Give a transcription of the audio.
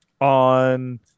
on